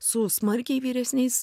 su smarkiai vyresniais